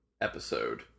episode